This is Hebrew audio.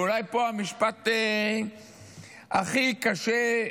ואולי פה המשפט הכי קשה,